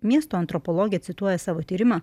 miesto antropologė cituoja savo tyrimą